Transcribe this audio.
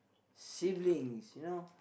siblings you know